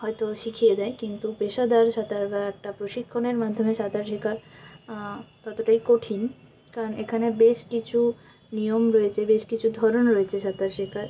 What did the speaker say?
হয়তো শিখিয়ে দেয় কিন্তু পেশাদার সাঁতাররা একটা প্রশিক্ষণের মাধ্যমে সাঁতার শেখার ততটাই কঠিন কারণ এখানে বেশ কিছু নিয়ম রয়েছে বেশ কিছু ধরন রয়েছে সাঁতার শেখার